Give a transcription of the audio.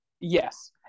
Yes